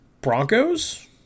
Broncos